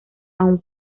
aún